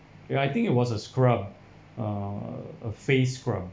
ya I think it was a scrub uh a face scrub